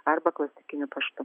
arba klasikiniu paštu